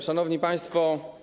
Szanowni Państwo!